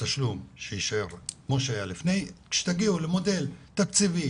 כלומר שהתשלום יישאר כמו שהיה לפני וכשתגיעו למודל תקציבי